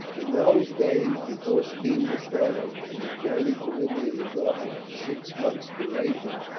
in those days, before steam was thought of, and the journey to india was often of six months' duration,